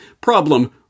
Problem